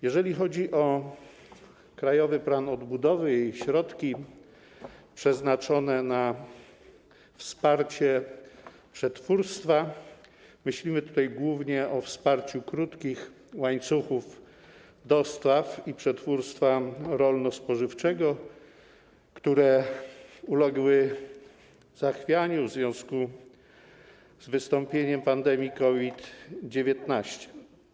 Jeżeli chodzi o krajowy plan odbudowy i środki przeznaczone na wsparcie przetwórstwa, to myślimy głównie o wsparciu krótkich łańcuchów dostaw i przetwórstwa rolno-spożywczego, które uległy zachwianiu w związku z wystąpieniem pandemii COVID-19.